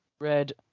Red